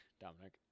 Dominic